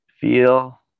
feel